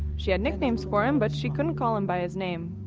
she had nicknames for him, but she couldn't call him by his name.